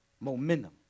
momentum